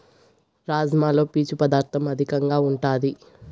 రాజ్మాలో పీచు పదార్ధం అధికంగా ఉంటాది